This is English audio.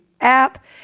app